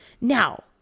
Now